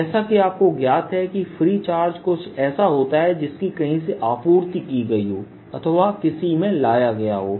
जैसा कि आपको ज्ञात है कि फ्री चार्ज कुछ ऐसा होता है जिसकी कहीं से आपूर्ति की गई हो अथवा किसी में लाया गया हो